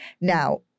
Now